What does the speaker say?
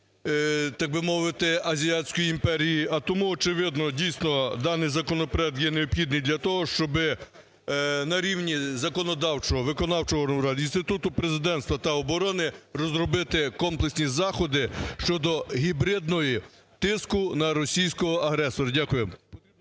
так би мовити, азіатської імперії. А тому, очевидно, дійсно, даний законопроект є необхідний для того, щоб на рівні законодавчого, виконавчого органу, інституту Президентства та оборони розробити комплексні заходи щодо гібридного тиску на російського агресора. Дякую.